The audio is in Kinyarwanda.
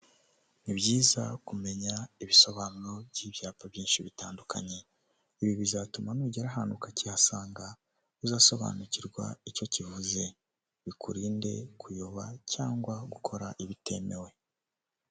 Ni byiza kumenya ibisobanuro by'ibyapa byinshi bitandukanye. Ibi bizatuma nugera ahantu ukakihasanga, uzasobanukirwa icyo kivuze. Bikurinde kuyoba cyangwa gukora ibitemewe.